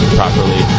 properly